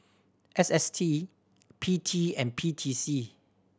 S S T P T and P T C